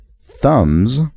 thumbs